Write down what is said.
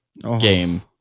game